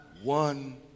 One